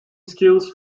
skills